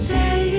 Say